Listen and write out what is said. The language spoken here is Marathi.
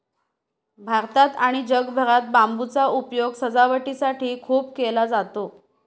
भारतात आणि जगभरात बांबूचा उपयोग सजावटीसाठी खूप केला जातो